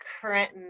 current